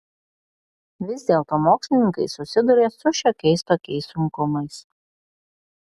vis dėlto mokslininkai susiduria su šiokiais tokiais sunkumais